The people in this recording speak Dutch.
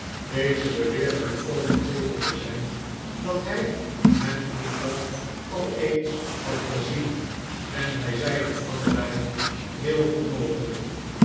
deze beweerde volkomen zeker te zijn dat hij hem vroeger al eens had gezien en wij zeiden allebei heel goed mogelijk